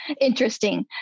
interesting